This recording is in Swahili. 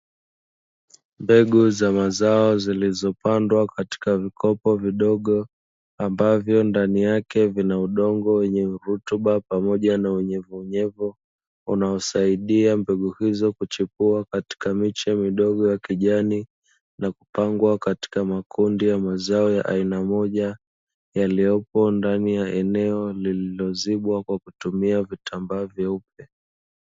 Mbegu za mazao zilizopandwa katika vikopo vidogo, ambavyo ndani yake vina udongo wenye rutuba pamoja na unyevuunyevu unaosaidia mbegu hizo kuchipua, katika miche midogo ya kijani na kupangwa katika makundi ya mazao ya aina moja yaliyopo ndani ya eneo lillozibwa kwa kutumia vitambaa vyeupe.